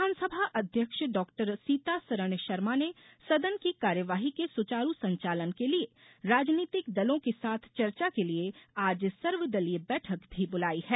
विधानसभा अध्यक्ष डॉक्टर सीतासरण शर्मा ने सदन की कार्यवाही सुचारू संचालन के लिए राजनीतिक दलों के साथ चर्चा के लिए आज सर्वदलीय बैठक भी बुलाई है